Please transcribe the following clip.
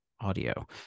audio